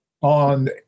On